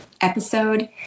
Episode